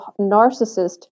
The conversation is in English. narcissist